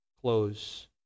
close